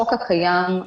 בחוק הקיים,